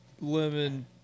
Lemon